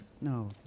No